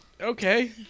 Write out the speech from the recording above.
Okay